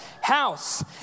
House